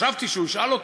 חשבתי שהוא ישאל אותו.